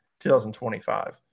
2025